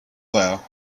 there